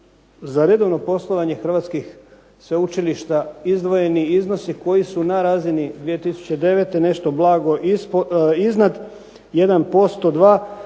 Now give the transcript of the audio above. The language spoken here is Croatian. za redovno poslovanje hrvatskih sveučilišta izdvojeni iznosi koji su na razini 2009., nešto blago iznad 1%, 2%,